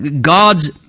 God's